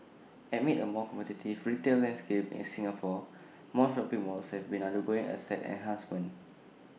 amid A more competitive retail landscape in Singapore more shopping malls have been undergoing asset enhancements